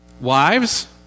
Wives